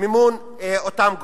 מימון מאותם גופים.